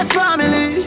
family